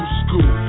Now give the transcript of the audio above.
school